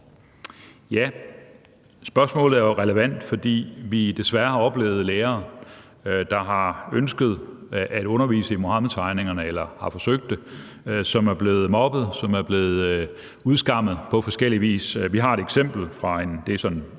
Ja, spørgsmålet er jo relevant, fordi vi desværre har oplevet lærere, der har ønsket at undervise i Muhammedtegningerne eller har forsøgt det, men som er blevet mobbet, som er blevet udskammet på forskellig vis. Vi har et eksempel, og det er et